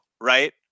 right